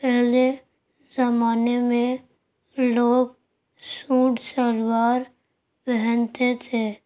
پہلے زمانے میں لوگ سوٹ شلوار پہنتے تھے